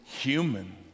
human